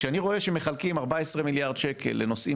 שאני רואה שמחלקים 14 מיליארד שקל לנושאים